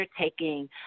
taking